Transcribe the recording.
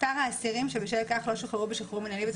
מספר האסירים שבשל כך לא שוחררו בשחרור מנהלי.